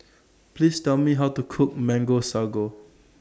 Please Tell Me How to Cook Mango Sago